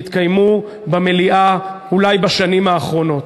שהתקיימו במליאה בשנים האחרונות,